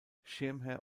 schirmherr